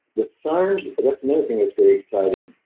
the sarms that's another thing that's very exciting,